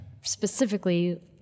specifically